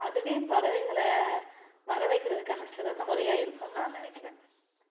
அதுவே பறவைகளை வரவைக்கிறதுக்கான சிறந்த முறையாக இருக்குன்னு நான் நினைக்கிறேன்